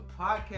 podcast